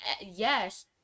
yes